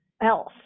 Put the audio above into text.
Else